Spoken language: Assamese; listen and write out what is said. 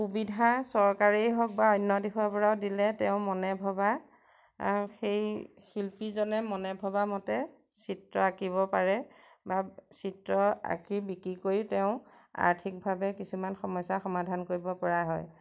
সুবিধা চৰকাৰেই হওক বা অন্য দিশৰপৰাও দিলে তেওঁ মনে ভবা সেই শিল্পীজনে মনে ভবা মতে চিত্ৰ আঁকিব পাৰে বা চিত্ৰ আঁকি বিক্ৰী কৰি তেওঁ আৰ্থিকভাৱে কিছুমান সমস্যাৰ সমাধান কৰিব পৰা হয়